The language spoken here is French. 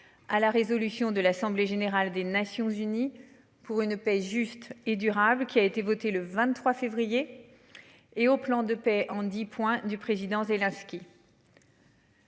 à la résolution de l'Assemblée générale des Nations unies pour une paix juste et durable, qui a été votée le 23 février. Et au plan de paix en 10 points du président Zelensky.